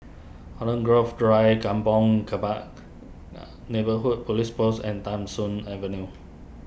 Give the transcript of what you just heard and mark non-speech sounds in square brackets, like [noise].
Holland Grove Drive Kampong Kembangan [hesitation] Neighbourhood Police Post and Tham Soong Avenue